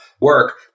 work